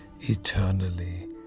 eternally